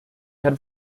had